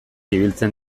ibiltzen